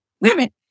women